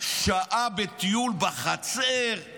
בכל פרלמנט